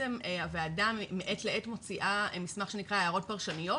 הוועדה מעת לעת מוציאה מסמך שנקרא הערות פרשניות